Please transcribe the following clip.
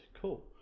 Cool